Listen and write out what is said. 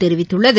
தெரிவித்துள்ளது